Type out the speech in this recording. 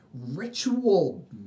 ritual